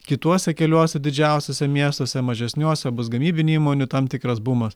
kituose keliuose didžiausiuose miestuose mažesniuose bus gamybinių įmonių tam tikras bumas